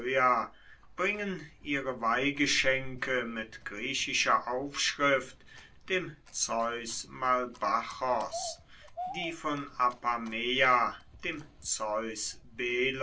bringen ihre weihgeschenke mit griechischer aufschrift dem zeus malbachos die von apameia dem